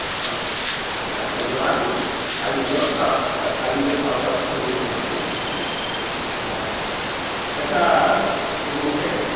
ᱚ ᱟᱪᱪᱷᱟ ᱡᱚᱦᱟᱨ ᱜᱤ ᱟᱹᱞᱤᱧ ᱫᱚ ᱥᱟᱶᱛᱟ ᱟᱹᱞᱤᱧ ᱫᱚ ᱥᱟᱶᱛᱟ ᱥᱩᱥᱟᱹᱨᱤᱭᱟᱹ ᱠᱟᱱᱟᱞᱤᱧ ᱦᱮᱸ ᱟᱪᱪᱷᱟ ᱟᱪᱪᱷᱟ ᱜᱚᱝᱠᱮ